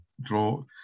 draw